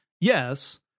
Yes